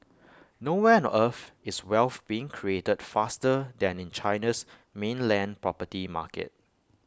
nowhere on earth is wealth being created faster than in China's mainland property market